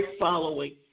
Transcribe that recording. following